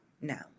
now